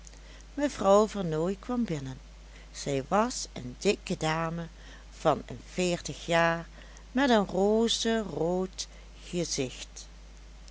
mevrouw vernooy kwam binnen zij was een dikke dame van een veertig jaar met een rozerood gezicht